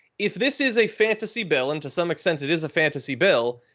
if this is a fantasy bill, and to some extent it is a fantasy bill,